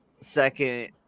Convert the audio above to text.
second